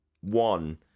one